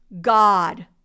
god